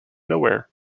nowhere